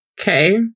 Okay